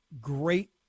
great